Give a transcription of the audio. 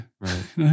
Right